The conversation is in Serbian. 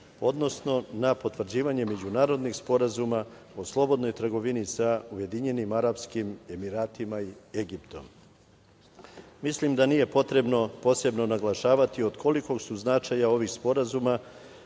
odnosno na potvrđivanje međunarodnih sporazuma o slobodnoj trgovini sa Ujedinjenim Arapskim Emiratima i Egiptom. Mislim da nije potrebno posebno naglašavati od kolikog su značaja ovi sporazumi